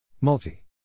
Multi